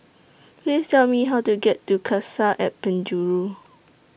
Please Tell Me How to get to Cassia At Penjuru